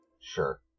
Sure